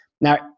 Now